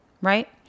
right